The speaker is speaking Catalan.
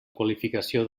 qualificació